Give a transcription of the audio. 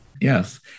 Yes